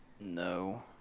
No